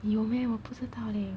有 meh 我不知道 leh